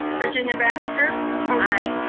virginia baxter. aye.